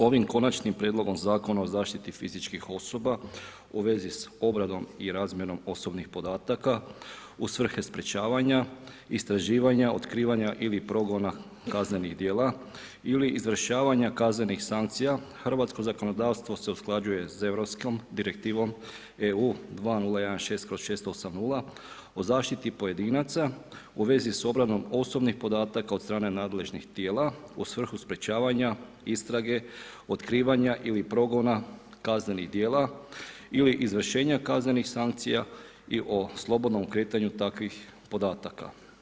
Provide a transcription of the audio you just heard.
Ovim konačnim prijedlogom Zakona o zaštiti fizičkih osoba u vezi s obradom i razmjenom osobnih podataka u svrhe sprječavanja, istraživanja, otkrivanja ili progona kaznenih djela ili izvršavanja kaznenih sankcija, Hrvatsko zakonodavstvo se usklađuje s Europskom direktivom, EU 2016/680 o zaštiti pojedinaca u vezi s obradom osobnih podataka od strane nadležnih tijela u svrhu sprječavanja istrage, otkrivanja ili progona kaznenih djela ili izvršenja kaznenih sankcija i o slobodnom kretanju takvih podataka.